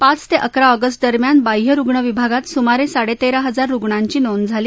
पाच ते अकरा ऑगस्ट दरम्यान बाह्य रुग्ण विभागात सुमारे साडेतेरा हजार रुग्णांची नोंद झाली